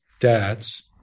dads